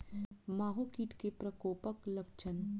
माहो कीट केँ प्रकोपक लक्षण?